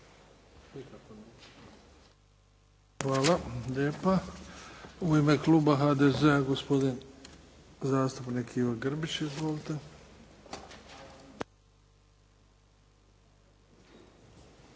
Hvala lijepa. U ime kluba HDZ-a, gospodin zastupnik Ivo Grbić. Izvolite.